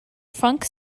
funk